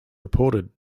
reported